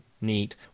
Neat